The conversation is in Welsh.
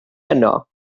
yno